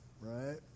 right